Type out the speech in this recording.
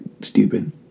stupid